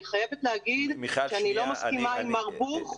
אני חייבת להתייחס כי אני לא מסכימה עם מר בוך.